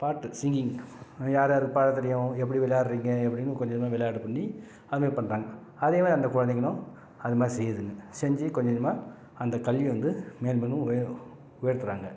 பாட்டு சிங்கிங் யாராருக்கு பாடத்தெரியும் எப்படி விளையாடுறீங்க எப்படின்னு கொஞ்சம் கொஞ்சமாக விளையாட பண்ணி அதுமாரி பண்றாங்க அதேமாதிரி அந்த குழந்தைங்களும் அதுமாதிரி செய்யுதுங்க செஞ்சு கொஞ்சம் கொஞ்சமாக அந்தக்கல்வியை வந்து மேலும் மேலும் உயர் உயர்த்துகிறாங்க